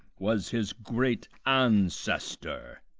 was his great ancestor.